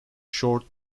short